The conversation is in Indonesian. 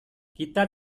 kita